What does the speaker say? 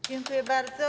Dziękuję bardzo.